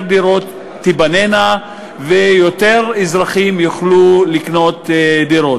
דירות ייבנו ויותר אזרחים יוכלו לקנות דירות.